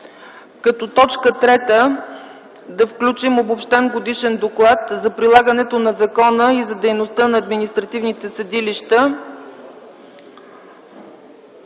Като точка трета да включим Обобщен годишен доклад за прилагането на закона и за дейността на административните съдилища